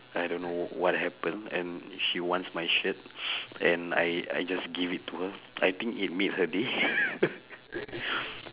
I don't know what happened and she wants my shirt and I I just give it to her I think it made her day